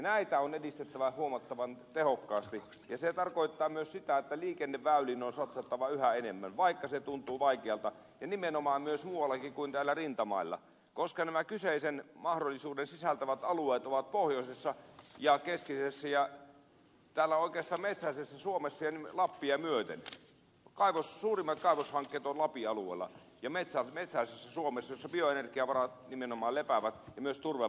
näitä on edistettävä huomattavan tehokkaasti ja se tarkoittaa myös sitä että liikenneväyliin on satsattava yhä enemmän vaikka se tuntuu vaikealta ja nimenomaan myös muuallakin kuin täällä rintamailla koska nämä kyseisen mahdollisuuden sisältävät alueet ovat pohjoisessa ja keskisessä ja täällä oikeastaan metsäisessä suomessa lappia myöten suurimmat kaivoshankkeet ovat lapin alueella ja metsäisessä suomessa jossa bioenergiavarat nimenomaan lepäävät ja myös turvevarat